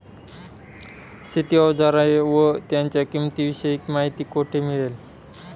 शेती औजारे व त्यांच्या किंमतीविषयी माहिती कोठे मिळेल?